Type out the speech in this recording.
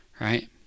right